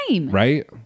Right